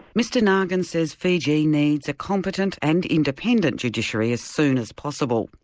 mr nagin says fiji needs a competent and independent judiciary as soon as possible.